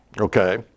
Okay